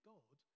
God